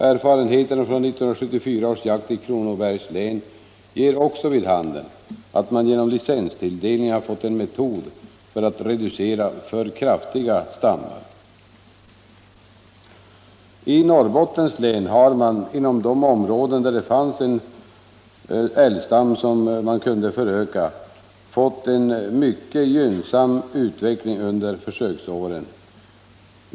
Erfarenheterna från 1974 års jakt i Kronobergs län ger också vid handen att man genom licenstilldelningen har fått en metod för att reducera för kraftiga stammar. I Norrbottens län har man inom de områden där det fanns en förökningsbar älgstam fått en mycket gynnsam utveckling under försöksåren.